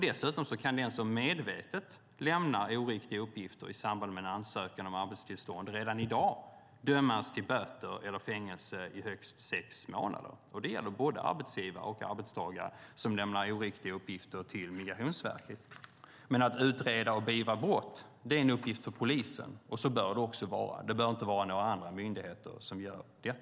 Den som medvetet lämnar oriktiga uppgifter i samband med en ansökan om arbetstillstånd kan redan i dag dömas till böter eller fängelse i högst sex månader. Det gäller både arbetsgivare och arbetstagare som lämnar oriktiga uppgifter till Migrationsverket. Att utreda och beivra brott är en uppgift för polisen. Så bör det också vara. Det bör inte vara några andra myndigheter som gör det.